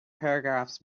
paragraphs